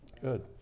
Good